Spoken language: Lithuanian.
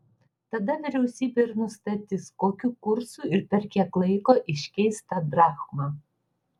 tada vyriausybė ir nustatys kokiu kursu ir per kiek laiko iškeis tą drachmą